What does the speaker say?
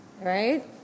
right